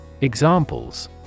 Examples